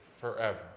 forever